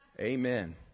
Amen